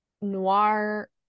noir